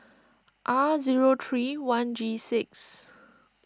R zero three one G six